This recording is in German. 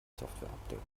softwareupdate